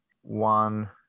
one